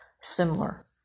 similar